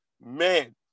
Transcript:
man